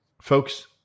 Folks